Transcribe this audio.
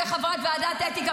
כחברת אתיקה,